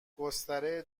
گستره